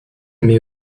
m’est